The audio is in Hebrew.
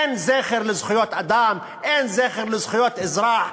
אין זכר לזכויות אדם, אין זכר לזכויות אזרח.